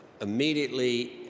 immediately